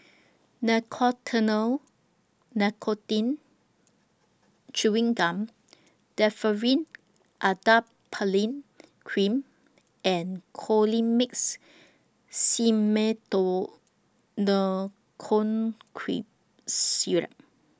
Nicotinell Nicotine Chewing Gum Differin Adapalene Cream and Colimix Syrup